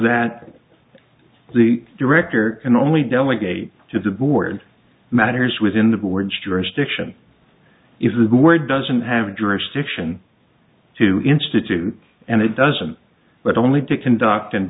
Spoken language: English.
that the director can only delegate to the board matters within the bridge jurisdiction if the word doesn't have jurisdiction to institute and it doesn't but only to conduct and